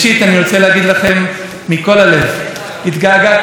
כשראיתי אתכם היום באמת ליבי התמלא שמחה,